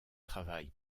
travaille